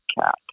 cat